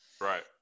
Right